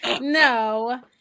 No